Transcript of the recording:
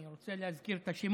אני רוצה להזכיר את השמות,